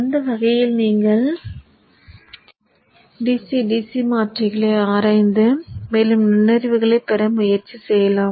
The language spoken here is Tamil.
அந்த வகையில் நீங்கள் DC DC மாற்றிகளை ஆராய்ந்து மேலும் நுண்ணறிவுகளைப் பெற முயற்சி செய்யலாம்